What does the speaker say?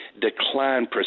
decline